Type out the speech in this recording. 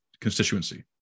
constituency